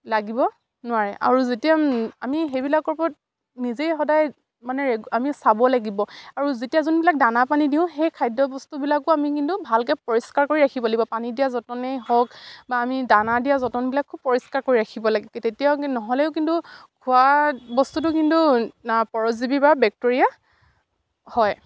লাগিব নোৱাৰে আৰু যেতিয়া আমি সেইবিলাকৰ ওপৰত নিজেই সদায় মানে ৰে আমি চাব লাগিব আৰু যেতিয়া যোনবিলাক দানা পানী দিওঁ সেই খাদ্য বস্তুবিলাকো আমি কিন্তু ভালকে পৰিষ্কাৰ কৰি ৰাখিব লাগিব পানী দিয়া যতনেই হওক বা আমি দানা দিয়া যতনবিলাক খুব পৰিষ্কাৰ কৰি ৰাখিব লাগে তেতিয়াও নহ'লেও কিন্তু খোৱা বস্তুটো কিন্তু পৰজীৱী বা বেক্টেৰীয়া হয়